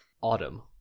Autumn